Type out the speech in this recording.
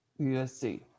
USC